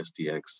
SDX